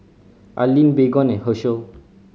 Anlene Baygon and Herschel